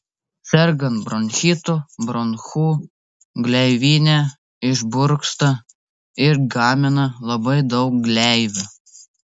sergant bronchitu bronchų gleivinė išburksta ir gamina labai daug gleivių